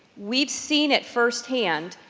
we've seen it first hand,